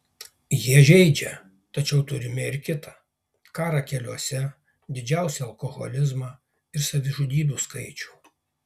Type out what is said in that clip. jie žeidžia tačiau turime ir kita karą keliuose didžiausią alkoholizmą ir savižudybių skaičių